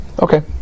Okay